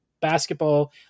Basketball